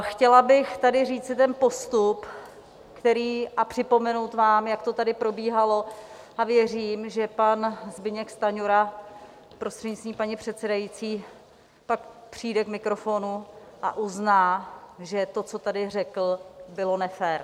Chtěla bych tady říci ten postup a připomenout vám, jak to tady probíhalo, a věřím, že pan Zbyněk Stanjura, prostřednictvím paní předsedající, pak přijde k mikrofonu a uzná, že to, co tady řekl, bylo nefér.